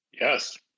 Yes